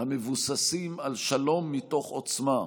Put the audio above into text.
המבוססים על שלום מתוך עוצמה,